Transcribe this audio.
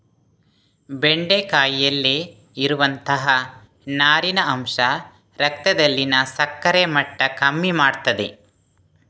ಬೆಂಡೆಕಾಯಿಯಲ್ಲಿ ಇರುವಂತಹ ನಾರಿನ ಅಂಶ ರಕ್ತದಲ್ಲಿನ ಸಕ್ಕರೆ ಮಟ್ಟ ಕಮ್ಮಿ ಮಾಡ್ತದೆ